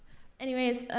anyways,